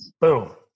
Boom